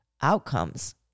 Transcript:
outcomes